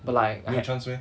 but like I had